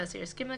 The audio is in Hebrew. והאסיר הסכים לכך,